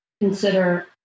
consider